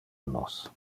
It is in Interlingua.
annos